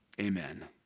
Amen